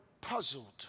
puzzled